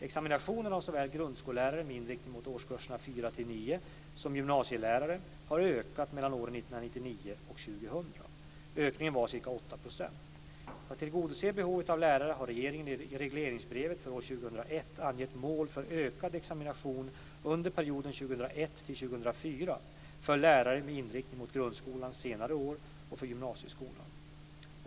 Examinationen av såväl grundskollärare med inriktning mot årskurserna 4-9 som gymnasielärare har ökat mellan åren 1999 och 2000. Ökningen var ca 8 %. För att tillgodose behovet av lärare har regeringen i regleringsbrevet för 2001 angett mål för ökad examination under perioden 2001-2004 för lärare med inriktning mot grundskolans senare år och för gymnasieskolan.